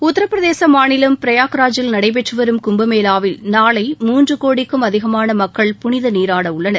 உத்தரப்பிரதேச மாநிலம் பிரயாக்ராஜில் நடைபெற்று வரும் கும்பமேளாவில் மூன்று கோடிக்கும் அதிகமான மக்கள் புனித நீராட உள்ளனர்